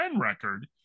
record